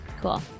Cool